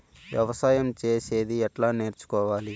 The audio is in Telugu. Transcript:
వ్యవసాయం చేసేది ఎట్లా నేర్చుకోవాలి?